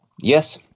Yes